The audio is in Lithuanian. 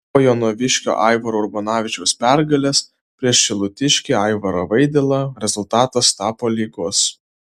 po jonaviškio aivaro urbonavičiaus pergalės prieš šilutiškį aivarą vaidilą rezultatas tapo lygus